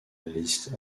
liste